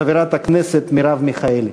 חברת הכנסת מרב מיכאלי.